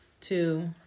two